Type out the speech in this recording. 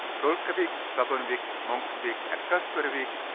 kolkawick, faponwick, monkwick, and kasperwick,